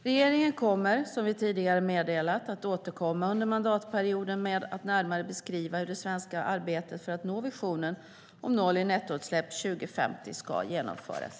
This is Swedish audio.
Regeringen kommer, som vi tidigare har meddelat, att återkomma under mandatperioden med att närmare beskriva hur det svenska arbetet för att nå visionen om noll i nettoutsläpp 2050 ska genomföras.